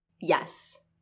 Yes